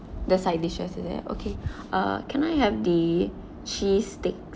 the side dishes is it okay uh can I have the cheese stick